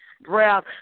breath